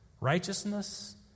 Righteousness